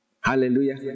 Hallelujah